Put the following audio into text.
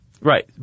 right